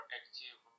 active